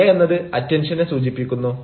A എന്നത് attention സൂചിപ്പിക്കുന്നു